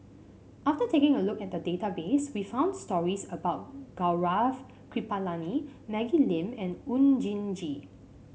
after taking a look at the database we found stories about Gaurav Kripalani Maggie Lim and Oon Jin Gee